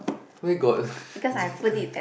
where got difficult